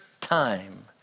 time